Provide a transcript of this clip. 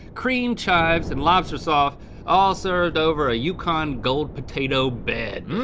cream, chives, and lobster sauce all served over a yukon gold potato bed. mm.